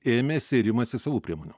ėmėsi ir imasi savų priemonių